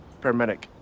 Paramedic